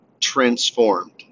transformed